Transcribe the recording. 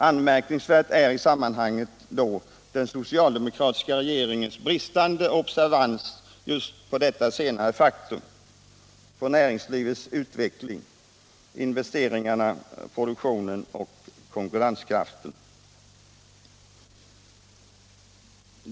Anmärkningsvärd är i sammanhanget den socialdemokratiska regeringens bristande observans när det gällde just näringslivets utveckling, investeringar, produktion och konkurrenskraft.